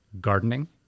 gardening